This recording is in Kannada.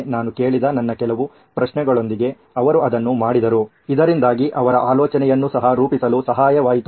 ನಾನು ಕೇಳಿದ ನನ್ನ ಕೆಲವು ಪ್ರಶ್ನೆಗಳೊಂದಿಗೆ ಅವರು ಅದನ್ನು ಮಾಡಿದರು ಇದರಿಂದಾಗಿ ಅವರ ಆಲೋಚನೆಯನ್ನೂ ಸಹ ರೂಪಿಸಲು ಸಹಾಯವಾಯಿತು